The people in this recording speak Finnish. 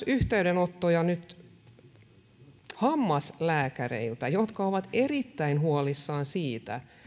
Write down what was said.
yhteydenottoja myös hammaslääkäreiltä jotka ovat erittäin huolissaan siitä